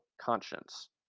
conscience